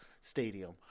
Stadium